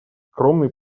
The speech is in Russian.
скромный